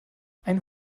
einen